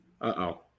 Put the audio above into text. Uh-oh